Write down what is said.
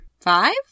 Five